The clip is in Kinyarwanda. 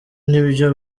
nibyo